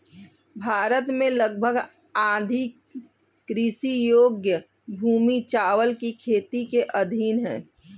भारत में लगभग आधी कृषि योग्य भूमि चावल की खेती के अधीन है